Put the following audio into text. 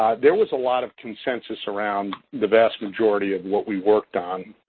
there was a lot of consensus around the vast majority of what we worked on.